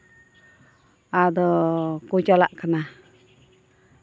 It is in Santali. ᱟᱫᱚ ᱠᱚ ᱪᱟᱞᱟᱜ ᱠᱟᱱᱟ